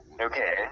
Okay